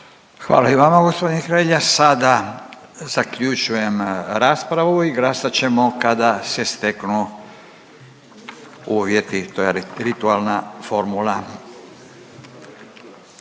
Hvala i vama gospodin Hrelja. Sada zaključujem raspravu i glasat ćemo kada se steknu uvjeti, to je ritualna formula.